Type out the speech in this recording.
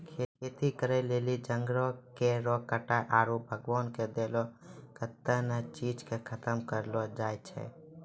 खेती करै लेली जंगल केरो कटाय आरू भगवान के देलो कत्तै ने चीज के खतम करलो जाय छै